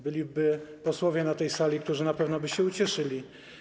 Byliby posłowie na tej sali, którzy na pewno by się ucieszyli.